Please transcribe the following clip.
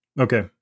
Okay